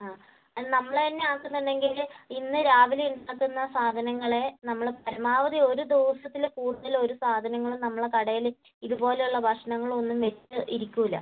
ആ നമ്മൾ തന്നെ ആക്കുന്നുണ്ടെങ്കിൽ ഇന്ന് രാവിലെ ഉണ്ടാക്കുന്ന സാധനങ്ങളെ നമ്മൾ പരമാവധി ഒരു ദിവസത്തിൽ കൂടുതൽ ഒരു സാധനങ്ങളും നമ്മളെ കടയിൽ ഇത് പോലെ ഉള്ള ഭക്ഷണങ്ങളൊന്നും വച്ച് ഇരിക്കില്ല